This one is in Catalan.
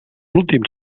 últims